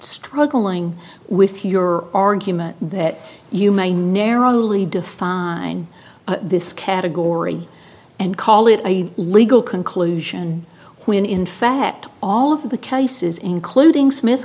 struggling with your argument that you may narrowly define in this category and call it a legal conclusion when in fact all of the cases including smith